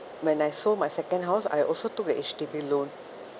when I sold my second house I also took the H_D_B loan